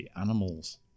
animals